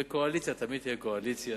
וקואליציה תמיד תהיה קואליציה.